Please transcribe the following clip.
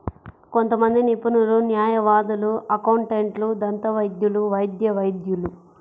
కొంతమంది నిపుణులు, న్యాయవాదులు, అకౌంటెంట్లు, దంతవైద్యులు, వైద్య వైద్యులు